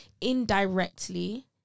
indirectly